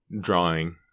drawing